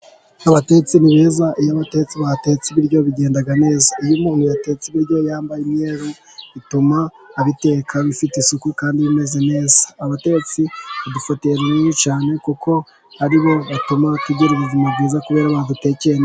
Abatetsi beza, iyo abatetsi batetse ibiryo bigenda neza, iyo umuntu yatetse ibiryo yambaye imyeru, bituma abiteka bifite isuku, kandi bimeze neza. Abatetsi badufatiye runini cyane, kuko aribo batuma tugira ubuzima bwiza kubera badutekeye ne...